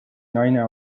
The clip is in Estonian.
naine